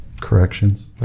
Corrections